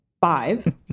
five